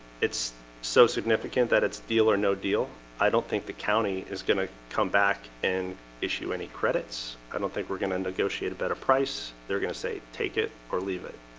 it's so significant that it's deal or no deal i don't think the county is gonna come back and issue any credits. i don't think we're gonna negotiate a better price they're gonna say take it or leave it.